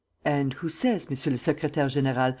and who says, monsieur le secretaire-general,